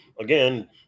again